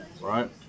Right